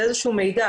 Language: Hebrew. זה איזה שהוא מידע,